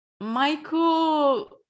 Michael